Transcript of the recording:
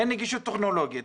אם אין נגישות טכנולוגית,